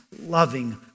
loving